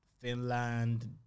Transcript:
Finland